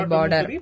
Border